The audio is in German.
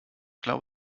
glaube